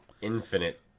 Infinite